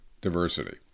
diversity